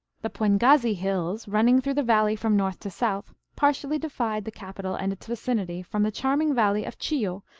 the puengasi hills, running through the valley from north to south, partially divide the capital and its vicinity from the charming valley of chillo,